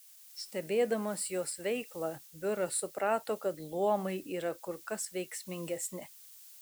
stebėdamas jos veiklą biuras suprato kad luomai yra kur kas veiksmingesni